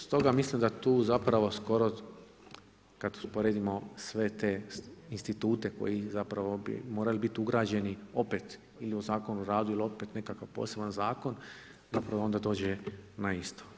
Stoga mislim da tu zapravo skoro, kada usporedimo sve te institute, koji zapravo bi morali biti ugrađeni opet ili Zakon o radu ili opet nekakav poseban zakon, zapravo onda dođe na isto.